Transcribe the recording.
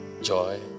joy